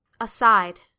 Aside